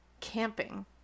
camping